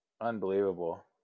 Unbelievable